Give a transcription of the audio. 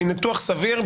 מניתוח סביר,